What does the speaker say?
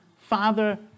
Father